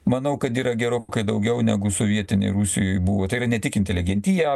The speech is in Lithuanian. manau kad yra gerokai daugiau negu sovietinėj rusijoj buvo tai yra ne tik inteligentija